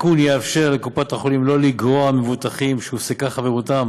התיקון יאפשר לקופות החולים לא לגרוע מבוטחים שהופסקה חברותם